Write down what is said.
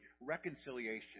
reconciliation